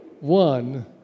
One